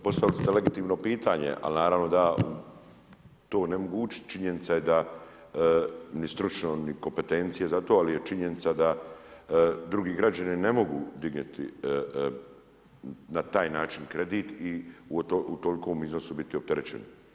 Postavili ste legitimno pitanje, ali naravno da to ne mogu … činjenica je da ni stručne ni kompetencije za to, ali je činjenica da drugi građani ne mogu dignuti na taj način kredit i u tolikom iznosu biti opterećeni.